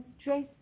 stress